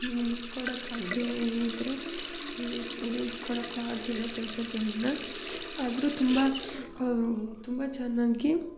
ಉಳ್ಸ್ಕೊಡೊಕ್ಕೆ ಆಗದೆ ಇದ್ದರೆ ಉಳ್ಸ್ಕೊಡೋಕ್ಕೂ ಆಗಿಲ್ಲ ಸ್ವಲ್ಪ ಜನನ್ನ ಆದರೂ ತುಂಬ ಅವರು ತುಂಬ ಚೆನ್ನಾಗಿ